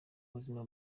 buzima